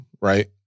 right